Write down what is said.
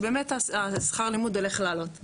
שבאמת שכר הלימוד הולך לעלות,